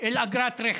אגרת הרכב,